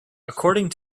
according